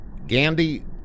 Gandhi